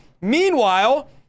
Meanwhile